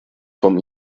vom